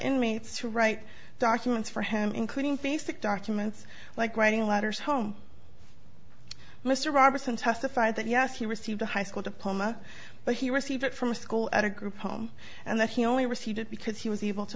inmates who write documents for him including basic documents like writing letters home mr roberson testified that yes he received a high school diploma but he received it from school at a group home and that he only received it because he was able to